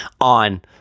on